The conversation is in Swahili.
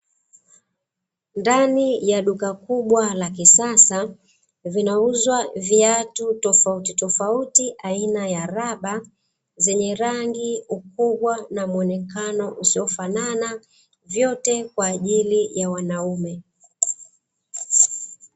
Ndani ya duka kubwa la kisasa, vinauzwa viatu tofautitofauti aina ya raba, zenye rangi, ukubwa na muonekano usiofanana, vyote kwa ajili ya wanaume.